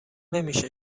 نمیشه